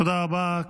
תודה רבה.